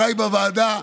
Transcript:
שיסתכלו חבריי במראה.